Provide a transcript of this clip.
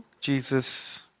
Jesus